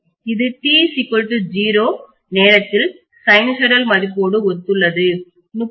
இது t 0 நேரத்தில் sinusoidal மதிப்போடு ஒத்துள்ளது